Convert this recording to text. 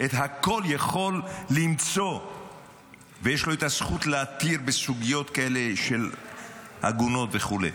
את הכול יכול למצוא ויש לו הזכות להתיר בסוגיות כאלה של עגונות וכו'.